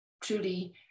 truly